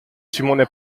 simone